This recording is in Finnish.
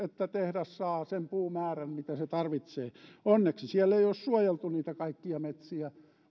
sille että tehdas saa sen puumäärän mitä se tarvitsee onneksi siellä ei ole suojeltu niitä kaikkia metsiä